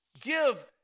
Give